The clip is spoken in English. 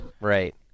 Right